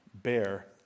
bear